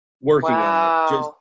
working